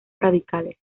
raciales